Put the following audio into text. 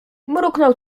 mruknął